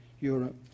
Europe